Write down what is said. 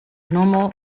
normal